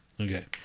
Okay